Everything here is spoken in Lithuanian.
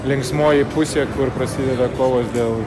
linksmoji pusė kur prasideda kovos dėl